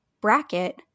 bracket